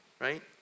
Right